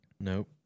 Nope